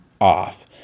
off